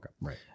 Right